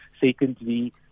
secondly